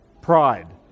Pride